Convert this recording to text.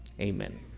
amen